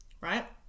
Right